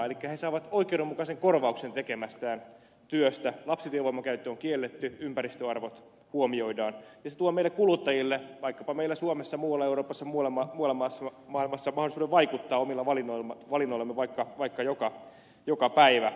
elikkä he saavat oikeudenmukaisen korvauksen tekemästään työstä lapsityövoiman käyttö on kielletty ympäristöarvot huomioidaan ja se tuo meille kuluttajille vaikkapa meillä suomessa muualla euroopassa muualla maailmassa mahdollisuuden vaikuttaa omilla valinnoillamme vaikka joka päivä